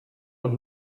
und